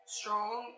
strong